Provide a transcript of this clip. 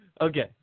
Okay